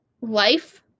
life